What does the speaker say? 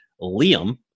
Liam